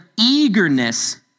eagerness